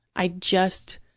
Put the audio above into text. i just,